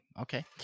Okay